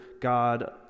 God